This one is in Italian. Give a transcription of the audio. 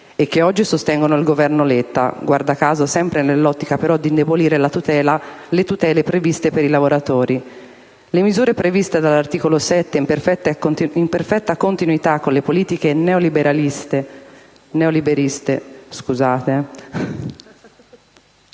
e che oggi sostengono il Governo Letta, guarda caso sempre nell'ottica però di indebolire le tutele previste per i lavoratori. Le misure previste dall'articolo 7, in perfetta continuità con le politiche neoliberiste del precedente